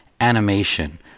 animation